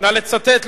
נא לצטט,